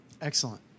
Excellent